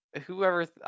whoever